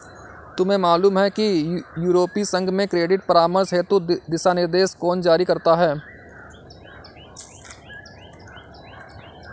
तुम्हें मालूम है कि यूरोपीय संघ में क्रेडिट परामर्श हेतु दिशानिर्देश कौन जारी करता है?